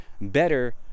better